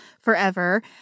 forever